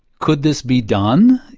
could this be done?